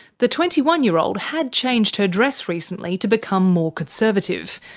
the twenty one year old had changed her dress recently to become more conservative,